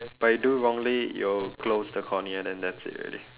but if you do wrongly you'll close the cornea then that's it already